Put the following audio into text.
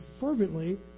fervently